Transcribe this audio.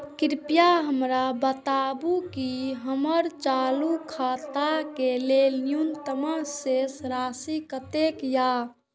कृपया हमरा बताबू कि हमर चालू खाता के लेल न्यूनतम शेष राशि कतेक या